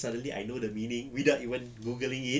suddenly I know the meaning without even googling it